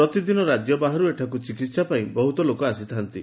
ପ୍ରତିଦିନ ରାଜ୍ୟ ବାହାରୁ ଏଠାକୁ ଚିକିହା ପାଇଁ ବହୁତ ଲୋକ ଆସିଥାନ୍ତି